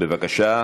בבקשה,